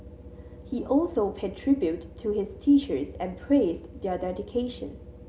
he also paid tribute to his teachers and praised their dedication